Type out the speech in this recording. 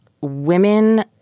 women